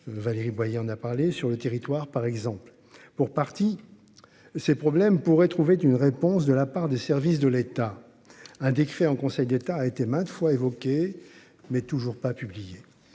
Valérie Boyer en a parlé sur le territoire par exemple pour partie. Ces problèmes pourraient trouver une réponse de la part des services de l'État, un décret en Conseil d'État a été maintes fois évoqué, mais toujours pas publié.